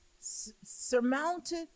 surmounted